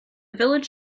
village